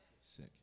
sick